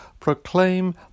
Proclaim